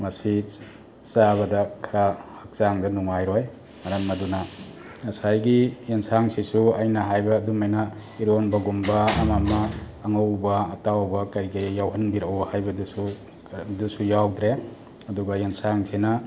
ꯃꯁꯤ ꯆꯥꯕꯗ ꯈꯔ ꯍꯛꯆꯥꯡꯗ ꯅꯨꯡꯉꯥꯏꯔꯣꯏ ꯃꯔꯝ ꯑꯗꯨꯅꯗ ꯉꯁꯥꯏꯒꯤ ꯌꯦꯟꯁꯥꯡꯁꯤꯁꯨ ꯑꯩꯅ ꯍꯥꯏꯕ ꯑꯗꯨꯝꯍꯥꯏꯅ ꯏꯔꯣꯟꯕꯒꯨꯝꯕ ꯑꯃ ꯑꯃ ꯑꯉꯧꯕ ꯑꯇꯥꯎꯕ ꯀꯔꯤ ꯀꯔꯤ ꯌꯥꯎꯍꯟꯕꯤꯔꯛꯑꯣ ꯍꯥꯏꯕꯗꯨꯁꯨ ꯑꯗꯨꯁꯨ ꯌꯥꯎꯗ꯭ꯔꯦ ꯑꯗꯨꯒ ꯌꯦꯟꯁꯥꯡꯁꯤꯅ